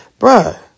Bruh